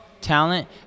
talent